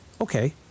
okay